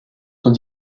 sont